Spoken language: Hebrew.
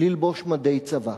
ללבוש מדי צבא.